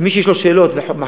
ומי שיש לו שאלות ומחשבות,